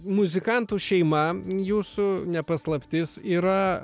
muzikantų šeima jūsų ne paslaptis yra